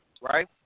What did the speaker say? right